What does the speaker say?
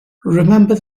remember